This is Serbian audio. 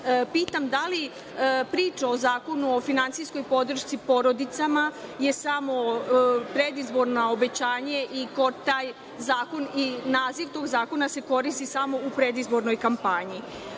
da li priča o Zakonu o finansijskoj podršci porodicama je samo predizborno obećanje i kod tog naziva zakona se koristi samo u predizbornoj kampanji. Ovim